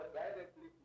directly